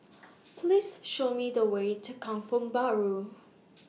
Please Show Me The Way to Kampong Bahru